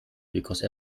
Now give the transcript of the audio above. because